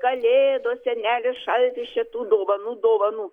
kalėdos senelis šaltis čia tų dovanų dovanų